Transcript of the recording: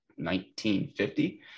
1950